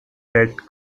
welt